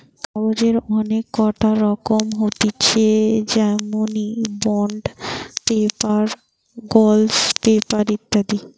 কাগজের অনেক কটা রকম হতিছে যেমনি বন্ড পেপার, গ্লস পেপার ইত্যাদি